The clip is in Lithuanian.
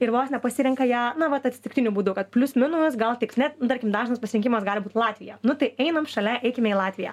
ir vos ne pasirenka ją na vat atsitiktiniu būdu kad plius minus gal tiks ne tarkim dažnas pasirinkimas gali būt latvija nu tai einam šalia eikime į latviją